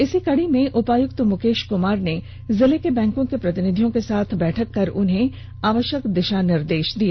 इसी कड़ी में उपायुक्त मुकेश कुमार ने जिले के बैंकों के प्रतिनिधियों के साथ बैठक कर उन्हें आवश्यक दिशा निर्देश दिए